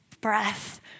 breath